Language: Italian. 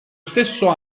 stesso